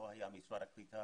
לא היה משרד הקליטה,